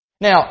Now